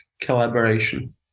collaboration